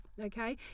okay